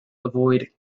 avoid